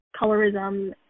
colorism